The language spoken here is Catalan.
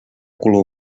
color